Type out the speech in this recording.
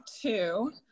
two